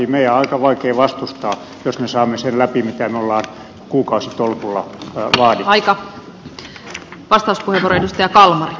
meidän on aika vaikea vastustaa jos me saamme sen läpi mitä me olemme kuukausitolkulla vaatineet